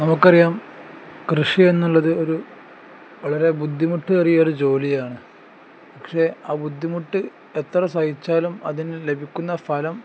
നമുക്ക് അറിയാം കൃഷി എന്നുള്ളത് ഒരു വളരെ ബുദ്ധിമുട്ടേറിയ ഒരു ജോലിയാണ് പക്ഷേ ആ ബുദ്ധിമുട്ട് എത്ര സഹിച്ചാലും അതിന് ലഭിക്കുന്ന ഫലം